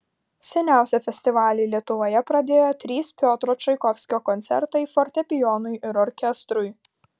seniausią festivalį lietuvoje pradėjo trys piotro čaikovskio koncertai fortepijonui ir orkestrui